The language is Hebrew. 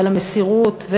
ועל המסירות,